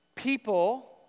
people